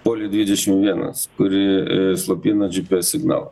poli dvidešim vienas kuri slopina džipies signalą